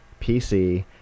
PC